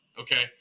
Okay